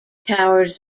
towers